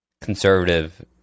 conservative